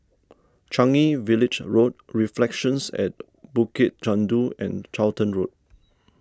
Changi Village Road Reflections at Bukit Chandu and Charlton Road